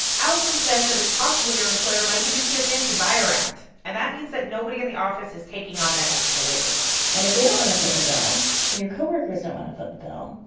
alison says that it's possible your employer might even chip in to buy a and that means that nobody in the office is taking on that extra labor and if they don't want to foot the bill and your co-workers don't want to foot the bill,